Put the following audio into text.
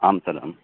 आम् सर् आम्